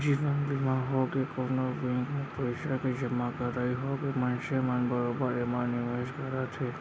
जीवन बीमा होगे, कोनो बेंक म पइसा के जमा करई होगे मनसे मन बरोबर एमा निवेस करत हे